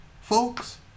folks